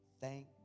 Thank